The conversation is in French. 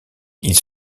ils